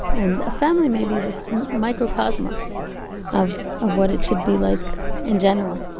and a family maybe is a so microcosmos of, of what it should be like in general.